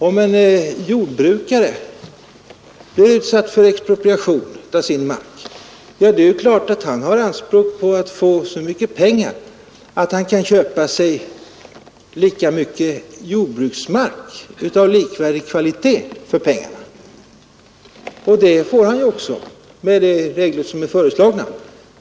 Om en jordbrukare blir utsatt för expropriation av sin mark är det klart att han har anspråk på att få så mycket pengar att han kan köpa sig lika mycket jordbruksmark av likvärdig kvalitet för dem, och det får han också med de regler som är föreslagna.